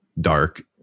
Dark